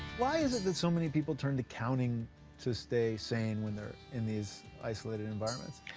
why is it that so many people turn to counting to stay sane when they're in these isolated environments?